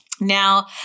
Now